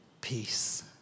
peace